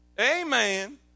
Amen